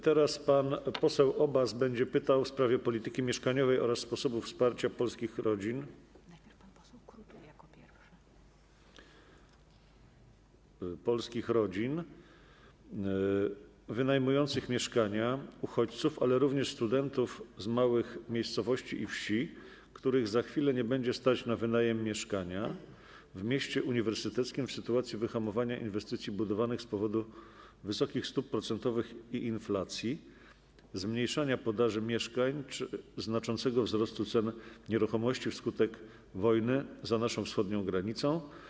Teraz pan poseł Obaz będzie pytał w sprawie polityki mieszkaniowej oraz sposobów wsparcia polskich rodzin wynajmujących mieszkania, uchodźców, ale również studentów z małych miejscowości i wsi, których za chwilę nie będzie stać na wynajem mieszkania w mieście uniwersyteckim w sytuacji wyhamowania inwestycji budowlanych z powodu wysokich stóp procentowych i inflacji, zmniejszenia podaży mieszkań czy znaczącego wzrostu cen nieruchomości wskutek wojny za naszą wschodnią granicą.